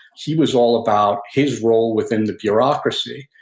he was all about his role within the bureaucracy.